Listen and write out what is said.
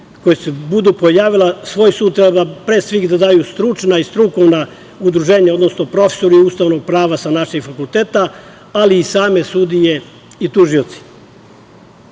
koja se budu pojavila, svoj sud pre svih treba da daju stručna i strukovna udruženja, odnosno profesori ustavnog prava sa naših fakulteta, ali i same sudije i tužioci. Mislim